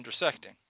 intersecting